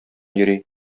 йөри